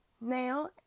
now